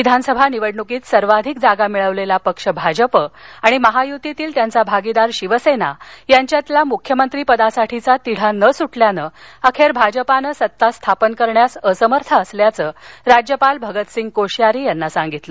विधानसभा निवडणुकीत सर्वाधिक जागा मिळवलेला पक्ष भाजप आणि महायुतीतील त्यांचा भागीदार शिवसेना यांच्यातील मुख्यमंत्री पदासाठीचा तिढा न सुटल्यानं अखेर भाजपनं सत्ता स्थापन करण्यास असमर्थ असल्याचं राज्यपाल भगतसिंग कोश्यारी यांना सांगितलं